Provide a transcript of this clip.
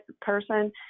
person